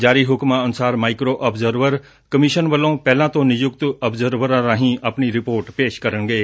ਜਾਰੀ ਹੁਕਮਾਂ ਅਨੁਸਾਰ ਮਾਈਕਰੋ ਆਬਜ਼ਰਵਰ ਕਮਿਸਨ ਵਲੋਂ ਪਹਿਲਾਂ ਤੋਂ ਨਿਯੁਕਤ ਆਬਜ਼ਰਵਰਾਂ ਰਾਹੀਂ ਆਪਣੀ ਰਿਪੋਰਟ ਪੇਸ਼ ਕਰਨਗੇ